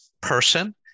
person